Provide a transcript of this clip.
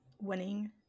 winning